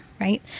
right